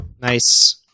Nice